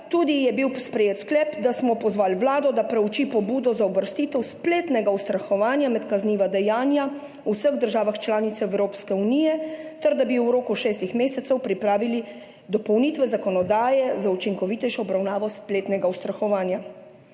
Seveda je bil sprejet tudi sklep, da smo pozvali Vlado, da preuči pobudo za uvrstitev spletnega ustrahovanja med kazniva dejanja v vseh državah članicah Evropske unije ter da bi v roku šestih mesecev pripravili dopolnitve zakonodaje za učinkovitejšo obravnavo spletnega ustrahovanja.